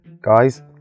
guys